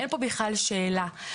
אין פה בכלל שאלה.